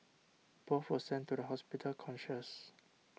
both were sent to the hospital conscious